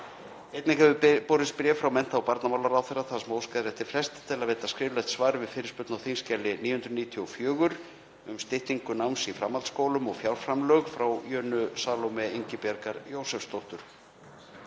Einnig hefur borist bréf frá mennta- og barnamálaráðherra þar sem óskað er eftir fresti til þess að veita skriflegt svar við fyrirspurn á þskj. 994, um styttingu náms í framhaldsskólum og fjárframlög, frá Jönu Salóme Ingibjargar Jósepsdóttur.